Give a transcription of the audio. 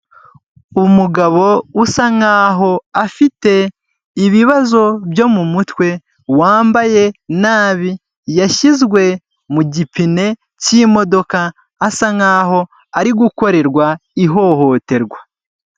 Umugabo usa nk'aho afite ibibazo byo mu mutwe wambaye nabi yashyizwe mu gipene cy'imodoka asa nkaho ari gukorerwa ihohoterwa.